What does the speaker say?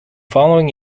following